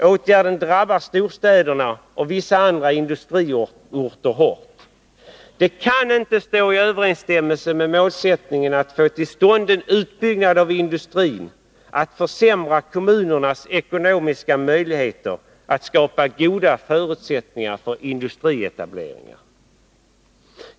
Åtgärden drabbar storstäderna och vissa andra industriorter hårt. Det kan inte stå i överensstämmelse med målsättningen att få till stånd en sådan utbyggnad av industrin att man försämrar kommunernas ekonomiska möjligheter att skapa goda förutsättningar för industrietableringar.